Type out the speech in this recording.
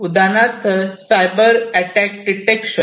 उदाहरणार्थ cyber attack detection